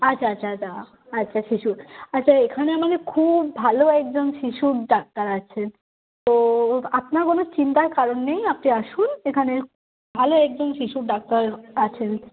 আচ্ছা আচ্ছা আচ্ছা আচ্ছা শিশুর আচ্ছা এখানে আমাদের খুব ভালো একজন শিশুর ডাক্তার আছে তো আপনার কোনো চিন্তার কারণ নেই আপনি আসুন এখানে ভালো একজন শিশুর ডাক্তার আছেন